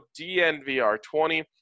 DNVR20